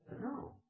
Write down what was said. No